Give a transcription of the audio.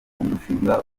umushinga